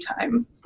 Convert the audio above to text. time